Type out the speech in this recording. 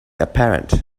apparent